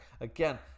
Again